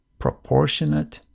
proportionate